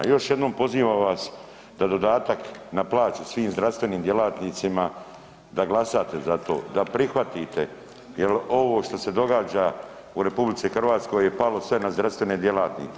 Još jednom pozivam vas da dodatak na plaće svim zdravstvenim djelatnicima da glasate za to, da prihvatite jel ovo šta se događa u RH je palo sve na zdravstvene djelatnike.